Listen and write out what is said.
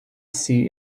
see